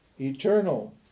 eternal